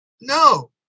No